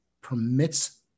permits